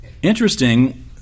Interesting